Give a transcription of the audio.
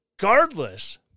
regardless